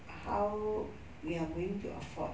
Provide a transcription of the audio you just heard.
how we are going to afford